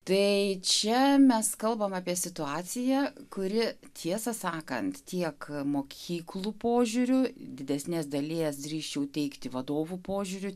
tai čia mes kalbame apie situaciją kuri tiesą sakant tiek mokyklų požiūriu didesnės dalies drįsčiau teigti vadovų požiūriu